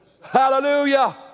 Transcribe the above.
Hallelujah